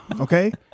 Okay